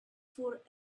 for